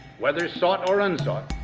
whether sought or unsought,